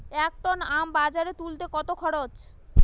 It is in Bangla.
এক টন আম বাজারে তুলতে কত খরচ?